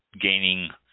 gaining